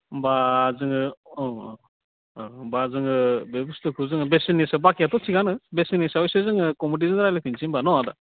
होमबा जोङो औ औ औ होमबा जोङो बे बुस्थुखौ जोङो बेसेननिसो बाखियाथ' थिकआनो बेसेननि सायावसो जोङो खम'थिजों रायलायफिन्नोसै होनबा न' आदा